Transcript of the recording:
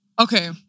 okay